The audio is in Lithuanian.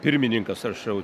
pirmininkas rašau